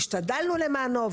והשתדלנו למענו,